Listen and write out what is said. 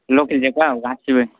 लखेलजोबखा औ गासिबो